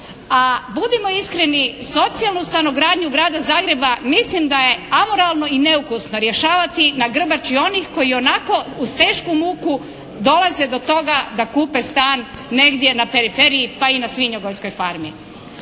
a budimo iskreni socijalnu stanogradnju Grada Zagreba mislim da je amoralno i neukusno rješavati na grbači onih koji ionako uz tešku muku dolaze do toga da kupe stan negdje na periferiji, pa i na svinjogojskoj farmi